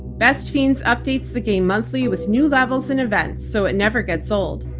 best fiends updates the game monthly with new levels and events, so it never gets old.